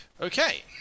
Okay